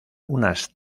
unas